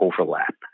overlap